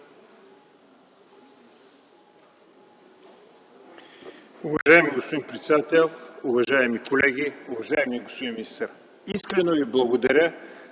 Уважаеми господин председател, уважаеми колеги! Уважаеми господин министър, искрено Ви благодаря,